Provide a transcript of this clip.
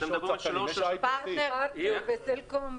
פרטנר וסלקום.